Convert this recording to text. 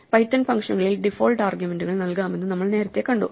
Python ഫംഗ്ഷനുകളിൽ default ആർഗ്യുമെന്റുകൾ നൽകാമെന്ന് നമ്മൾ നേരത്തെ കണ്ടു